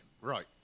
Right